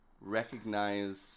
recognize